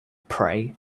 pray